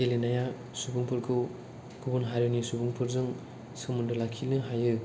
गेलेनाया सुबुंफोरखौ गुबुन हारिनि सुबुंफोरजों सोमोन्दो लाखिनो हायो